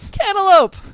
Cantaloupe